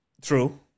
True